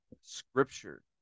scripture